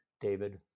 David